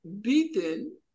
beaten